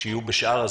שיהיו בשאר הזמן.